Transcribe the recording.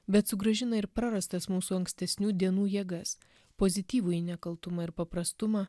bet sugrąžina ir prarastas mūsų ankstesnių dienų jėgas pozityvųjį nekaltumą ir paprastumą